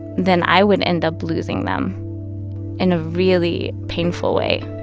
then i would end up losing them in a really painful way.